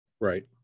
Right